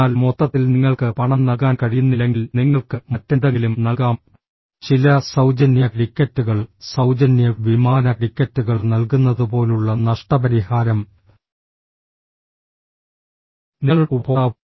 എന്നാൽ മൊത്തത്തിൽ നിങ്ങൾക്ക് പണം നൽകാൻ കഴിയുന്നില്ലെങ്കിൽ നിങ്ങൾക്ക് മറ്റെന്തെങ്കിലും നൽകാം ചില സൌജന്യ ടിക്കറ്റുകൾ സൌജന്യ വിമാന ടിക്കറ്റുകൾ നൽകുന്നതുപോലുള്ള നഷ്ടപരിഹാരം നിങ്ങളുടെ ഉപഭോക്താവ്